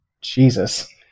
Jesus